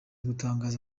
gutangaza